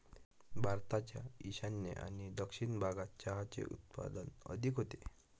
भारताच्या ईशान्य आणि दक्षिण भागात चहाचे उत्पादन अधिक होते